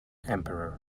emperor